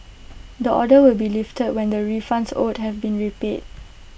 the order will be lifted when the refunds owed have been repaid